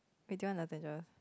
aye do you want lozenges